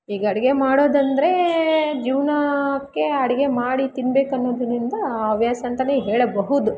ಈಗ ಅಡಿಗೆ ಮಾಡೋದಂದರೆ ಜೀವನಕ್ಕೆ ಅಡಿಗೆ ಮಾಡಿ ತಿನ್ಬೇಕನ್ನೋದರಿಂದ ಹವ್ಯಾಸ ಅಂತ ಹೇಳಬಹುದು